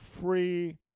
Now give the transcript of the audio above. Free